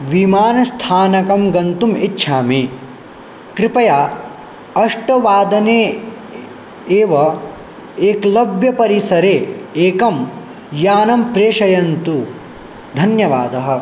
विमानस्थानकं गन्तुम् इच्छामि कृपया अष्टवादने एव एकलव्यपरिसरे एकं यानं प्रेषयन्तु धन्यवादः